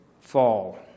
fall